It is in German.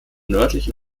nördlichen